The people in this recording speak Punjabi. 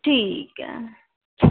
ਠੀਕ ਹੈ